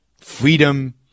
freedom